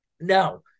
Now